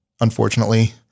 unfortunately